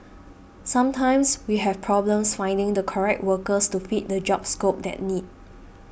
sometimes we have problems finding the correct workers to fit the job scope that need